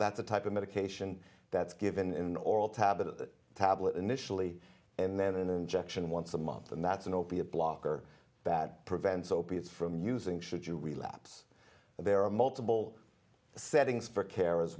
a type of medication that's given in oral tablet tablet initially and then an injection once a month and that's an opiate blocker that prevents opiates from using should you relapse there are multiple settings for care as